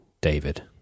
David